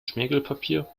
schmirgelpapier